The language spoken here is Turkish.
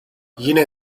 yine